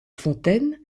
fontaine